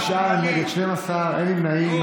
בעד, תשעה, נגד, 12, אין נמנעים.